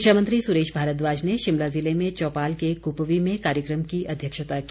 शिक्षा मंत्री सुरेश भारद्वाज ने शिमला जिले में चौपाल के कुपवी में कार्यक्रम की अध्यक्षता की